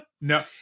No